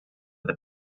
the